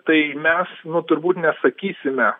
tai mes nu turbūt nesakysime